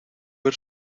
ver